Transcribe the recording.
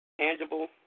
tangible